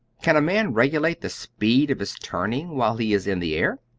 can a man regulate the speed of his turning while he is in the air?